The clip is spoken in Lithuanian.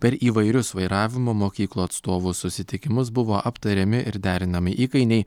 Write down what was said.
per įvairius vairavimo mokyklų atstovų susitikimus buvo aptariami ir derinami įkainiai